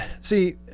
see